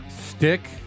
Stick